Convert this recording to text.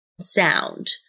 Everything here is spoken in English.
sound